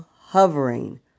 hovering